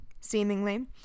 seemingly